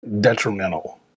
detrimental